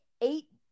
eight